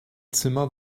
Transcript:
zimmer